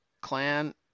clan